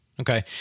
Okay